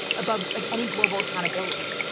above like any global accountability.